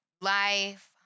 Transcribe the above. life